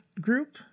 group